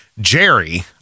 Jerry